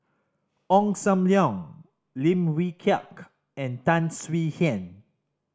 Ong Sam Leong Lim Wee Kiak and Tan Swie Hian